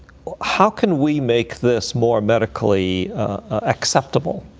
how can we make this more medically acceptable?